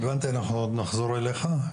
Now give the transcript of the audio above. הבנתי, אנחנו עוד נחזור אלייך.